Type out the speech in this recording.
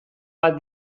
bat